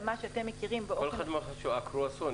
--- הקרואסונים